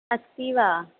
अस्ति वा